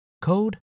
code